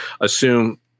assume